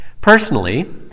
Personally